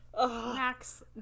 max